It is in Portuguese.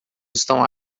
estão